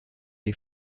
les